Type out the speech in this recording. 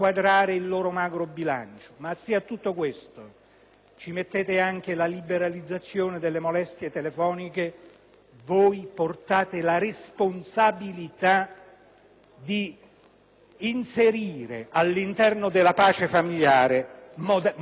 aggiungete anche la liberalizzazione delle molestie telefoniche, voi portate la responsabilità di inserire all'interno della pace famigliare molestie che potrebbero essere evitate. *(Applausi dal